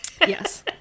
Yes